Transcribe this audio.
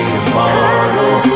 immortal